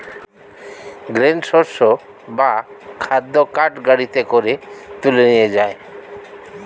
grain শস্য বা খাদ্য কার্ট গাড়িতে করে তুলে নিয়ে যায়